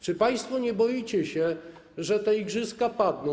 Czy państwo nie boicie się, że te igrzyska padną?